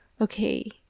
okay